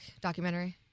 documentary